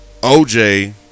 OJ